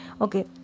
Okay